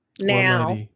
Now